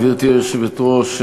גברתי היושבת-ראש,